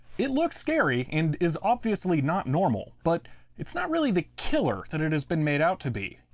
it looks scary and is obviously not normal. but it's not really the killer and it has been made out to be.